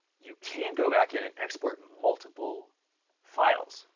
you can go back in an export multiple files.